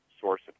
source